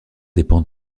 dépend